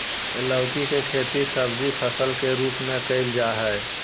लौकी के खेती सब्जी फसल के रूप में कइल जाय हइ